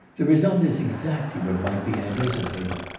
the result is exactly what might be anticipated.